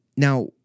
Now